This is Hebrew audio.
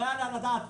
לא יעלה על הדעת,